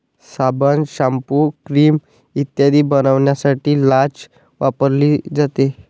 साबण, shampoo, cream इत्यादी बनवण्यासाठी लाच वापरली जाते